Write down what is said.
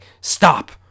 stop